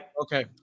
Okay